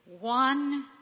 One